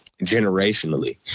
generationally